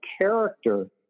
character